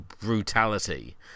brutality